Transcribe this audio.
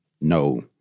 No